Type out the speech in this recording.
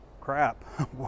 crap